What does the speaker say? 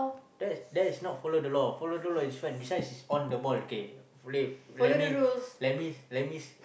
that is that is not follow the law follow the law is one this one is on the ball okay boleh okay let me let me let me